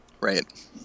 Right